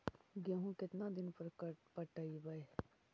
गेहूं केतना दिन पर पटइबै?